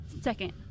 Second